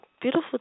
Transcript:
beautiful